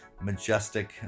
majestic